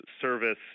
service